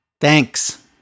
Thanks